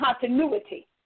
continuity